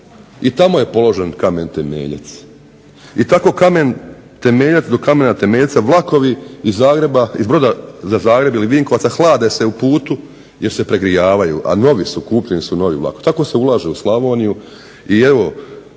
I tamo je položen kamen temeljac. I tako kamen temeljac do kamena temeljca, vlakovi iz Zagreba, iz Broda za Zagreb ili Vinkovaca hlade se u putu jer se pregrijavaju, a novi su kupljeni, kupljeni su novi vlakovi. Tako se ulaže u Slavoniju. I evo,